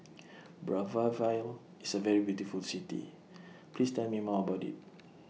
Brazzaville IS A very beautiful City Please Tell Me More about IT